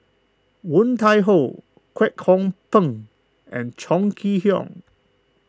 Woon Tai Ho Kwek Hong Png and Chong Kee Hiong